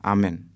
Amen